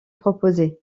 proposés